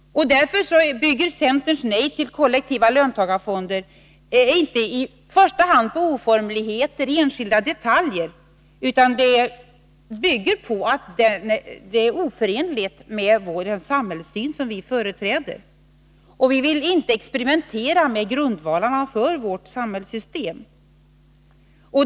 Därför bygger centerns nej till kollektiva löntagarfonder inte i första hand på oformligheter i enskilda detaljer, utan det bygger på att det är oförenligt med den samhällssyn som vi företräder. Vi vill inte experimentera med grundvalarna för vårt samhällssystem.